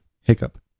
Hiccup